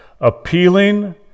appealing